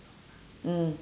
mm